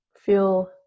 feel